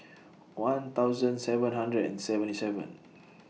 one thousand seven hundred and seventy seven